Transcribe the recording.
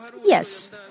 Yes